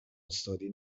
استادی